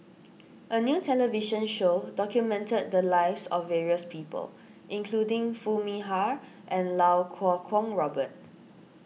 a new television show documented the lives of various people including Foo Mee Har and Iau Kuo Kwong Robert